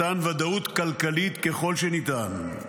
מתן ודאות כלכלית ככל שניתן.